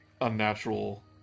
unnatural